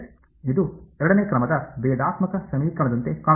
ಇದು ಎರಡನೇ ಕ್ರಮದ ಭೇದಾತ್ಮಕ ಸಮೀಕರಣದಂತೆ ಕಾಣುತ್ತದೆ